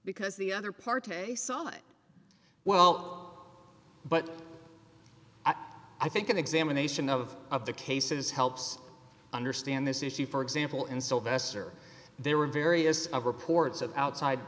because the other part a saw it well but i think an examination of of the cases helps understand this issue for example in sylvester there were various reports of outside